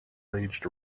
raged